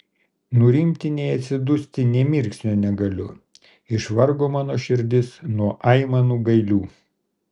nurimti nei atsidusti nė mirksnio negaliu išvargo man širdis nuo aimanų gailių